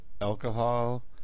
alcohol